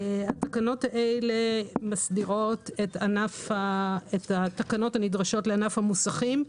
התקנות האלה מסדירות את התקנות הנדרשות לענף המוסכים.